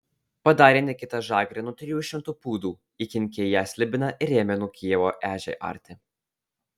padarė nikita žagrę nuo trijų šimtų pūdų įkinkė į ją slibiną ir ėmė nuo kijevo ežią arti